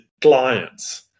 clients